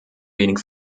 wenig